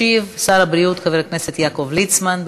ישיב שר הבריאות חבר הכנסת יעקב ליצמן.